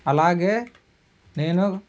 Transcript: అలాగే నేను